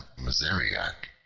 mezeriac.